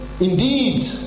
Indeed